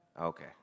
Okay